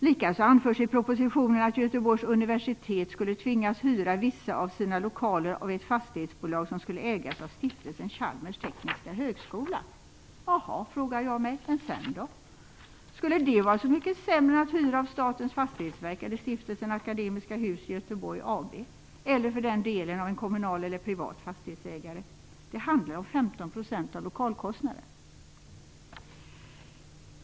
Likaså anförs i propositionen att Göteborgs universitet skulle tvingas hyra vissa av sina lokaler av ett fastighetsbolag som skulle ägas av Stiftelsen Chalmers tekniska högskola. Jaha, frågar jag mig. Än sedan då? Skulle det vara så mycket sämre än att hyra av Statens Fastighetsverk, Statliga Akademiska Hus i Göteborg AB eller för den delen av en kommunal eller privat fastighetsägare? Det handlar om 15 % av lokalkostnaderna.